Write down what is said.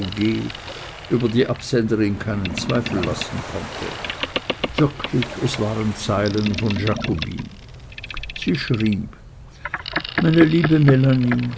über die absenderin keinen zweifel lassen konnte wirklich es waren zeilen von jakobine sie schrieb meine liebe